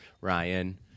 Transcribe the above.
Ryan